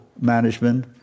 management